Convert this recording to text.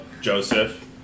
Joseph